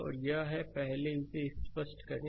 और यह है पहले इसे स्पष्ट करें